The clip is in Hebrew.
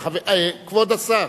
כבוד השר,